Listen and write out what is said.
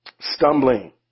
Stumbling